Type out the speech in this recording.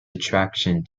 attraction